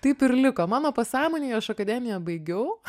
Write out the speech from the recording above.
taip ir liko mano pasąmonėje aš akademiją baigiau